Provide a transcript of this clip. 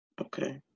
Okay